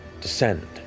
descend